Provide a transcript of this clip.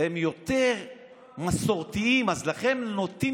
הם יותר מסורתיים אז לכן הם יותר נוטים